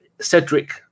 Cedric